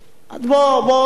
בוא נגיד,